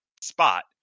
spot